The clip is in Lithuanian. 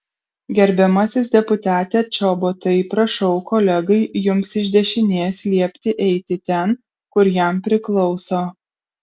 gerbiamasis deputate čobotai prašau kolegai jums iš dešinės liepti eiti ten kur jam priklauso